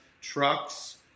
trucks